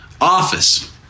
office